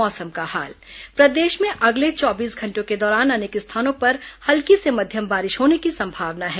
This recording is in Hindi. मौसम प्रदेश में अगले चौबीस घंटों के दौरान अनेक स्थानों पर हल्की से मध्यम बारिश होने की संभावना है